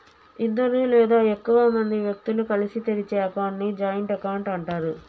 ఇద్దరు లేదా ఎక్కువ మంది వ్యక్తులు కలిసి తెరిచే అకౌంట్ ని జాయింట్ అకౌంట్ అంటరు